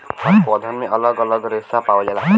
हर पौधन में अलग अलग रेसा पावल जाला